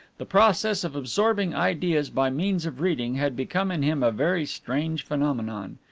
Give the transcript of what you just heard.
the process of absorbing ideas by means of reading had become in him a very strange phenomenon.